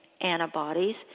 antibodies